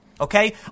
okay